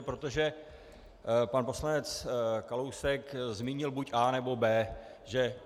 Protože pan poslanec Kalousek zmínil buď A, nebo B, že?